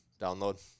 download